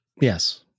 Yes